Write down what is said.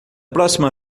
próxima